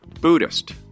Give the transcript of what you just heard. Buddhist